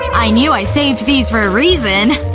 i knew i saved these for a reason!